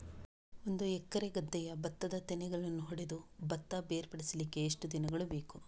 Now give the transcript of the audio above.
ಒಂದು ಎಕರೆ ಗದ್ದೆಯ ಭತ್ತದ ತೆನೆಗಳನ್ನು ಹೊಡೆದು ಭತ್ತ ಬೇರ್ಪಡಿಸಲಿಕ್ಕೆ ಎಷ್ಟು ದಿನಗಳು ಬೇಕು?